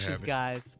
guys